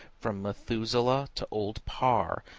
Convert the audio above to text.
from methuselah to old parr,